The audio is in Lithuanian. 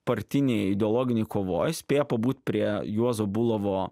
partinėj ideologinėj kovoj spėja pabūt prie juozo bulavo